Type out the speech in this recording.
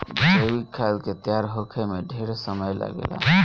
जैविक खाद के तैयार होखे में ढेरे समय लागेला